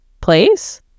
place